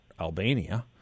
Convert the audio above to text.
Albania